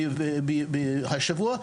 השבוע,